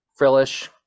Frillish